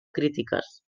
crítiques